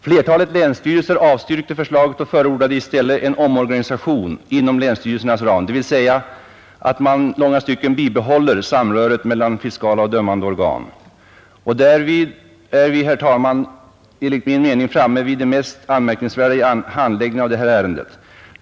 Flertalet länsstyrelser avstyrkte förslaget och förordade i stället en omorganisation inom länsstyrelsernas ram, dvs. att man i långa stycken bibehåller samröret mellan fiskala och dömande organ. Därmed är vi, herr talman, framme vid det enligt min mening mest anmärkningsvärda vid handläggning av detta ärende.